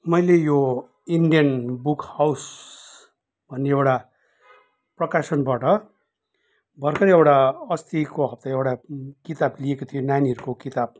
मैले यो Indian book house भन्ने एउटा प्रकाशनबाट भर्खर एउटा अस्तिको हफ्ता एउटा किताब लिएको थिएँ नानीहरूको किताब